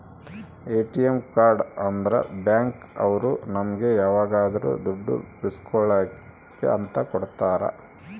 ATM card ಅಂದ್ರ bank ಅವ್ರು ನಮ್ಗೆ ಯಾವಾಗದ್ರು ದುಡ್ಡು ಬಿಡ್ಸ್ಕೊಳಿ ಅಂತ ಕೊಡ್ತಾರ